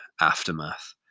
aftermath